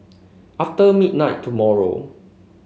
after midnight tomorrow